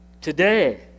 today